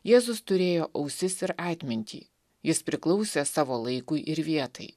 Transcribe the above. jėzus turėjo ausis ir atmintį jis priklausė savo laikui ir vietai